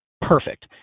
Perfect